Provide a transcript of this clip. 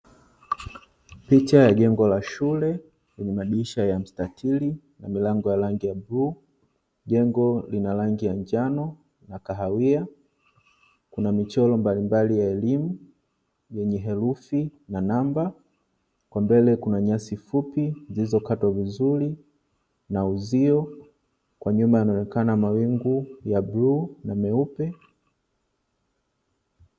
Picha ya jengo la shule, lenye madirisha ya mstatili na milango ya rangi ya buluu. Jengo lina rangi ya njano na kahawia, kuna michoro mbalimbali ya elimu yenye herufi na namba . Kwa mbele kuna nyasi fupi zilizokatwa vizuri na uzio. Kwa nyuma yanaonekana mawingu ya buluu na meupe.